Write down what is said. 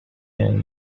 and